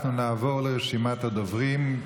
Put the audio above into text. אנחנו נעבור לרשימת הדוברים.